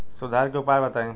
सुधार के उपाय बताई?